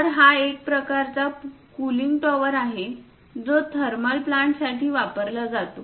तर हा एक प्रकारचा कूलिंग टॉवर आहे जो थर्मल प्लांटसाठी वापरला जातो